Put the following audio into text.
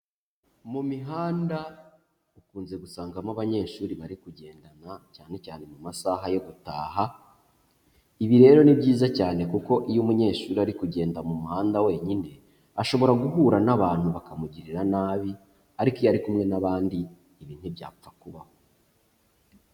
Mu mihanda ukunze gusangamo abanyeshuri bari kugendana cyane cyane mu masaha yo gutaha, ibi rero ni byiza cyane kuko iyo umunyeshuri ari kugenda mu muhanda wenyine ashobora guhura n'abantu bakamugirira nabi, ariko iyo ari kumwe n'abandi ibi ntibyapfa kubaho.